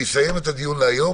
נסיים את הדיון היום.